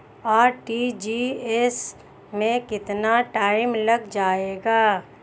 RTGS में कितना time लग जाएगा?